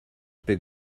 big